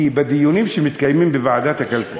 כי בדיונים שמתקיימים בוועדת הכלכלה,